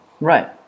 right